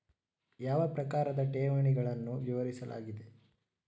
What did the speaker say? ಯಾವ ಪ್ರಕಾರದ ಠೇವಣಿಗಳನ್ನು ವಿವರಿಸಲಾಗಿದೆ?